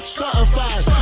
certified